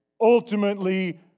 ultimately